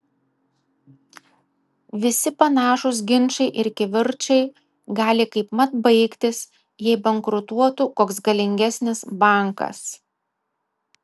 visi panašūs ginčai ir kivirčai gali kaipmat baigtis jei bankrutuotų koks galingesnis bankas